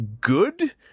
good